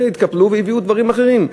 והתקפלו והביאו דברים אחרים,